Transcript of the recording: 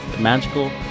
Magical